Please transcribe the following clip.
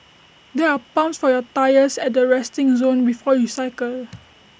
there are pumps for your tyres at the resting zone before you cycle